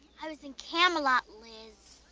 i was in camelot, liz.